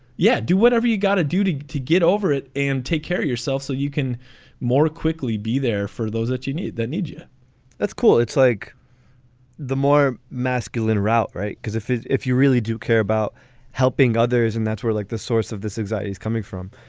yeah. do whatever. you got a duty to get over it and take care of yourself so you can more quickly be there for those that you need that need you that's cool. it's like the more masculine route. right. because if if you really do care about helping others and that's where like the source of this exactly. is coming from,